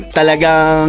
talagang